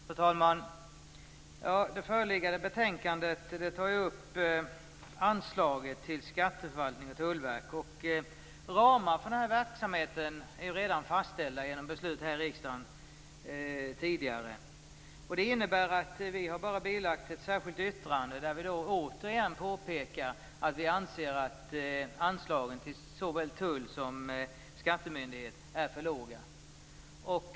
Fru talman! Det föreliggande betänkandet behandlar anslag till skatteförvaltningen och Tullverket. Ramar för den verksamheten är redan fastställda genom tidigare beslut i riksdagen. Det innebär att Vänsterpartiet enbart har bilagt ett särskilt yttrande där vi återigen påpekar att vi anser att anslaget till såväl Tullen som skattemyndigheterna är för låga.